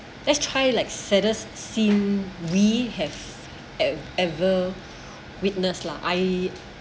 let's try like saddest scene we have ev~ ever witness lah I